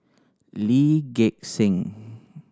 Lee Gek Seng